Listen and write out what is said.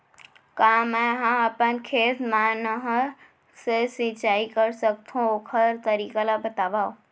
का मै ह अपन खेत मा नहर से सिंचाई कर सकथो, ओखर तरीका ला बतावव?